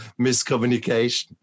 miscommunication